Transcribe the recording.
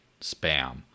spam